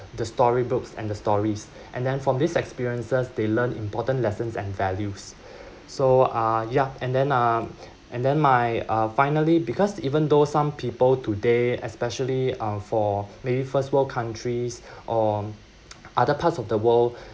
the story books and the stories and then from these experiences they learn important lessons and values so uh ya and then um and then my uh finally because even though some people today especially um for maybe first world countries or other parts of the world